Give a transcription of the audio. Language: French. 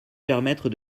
permettre